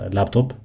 Laptop